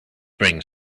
bring